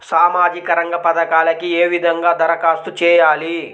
సామాజిక రంగ పథకాలకీ ఏ విధంగా ధరఖాస్తు చేయాలి?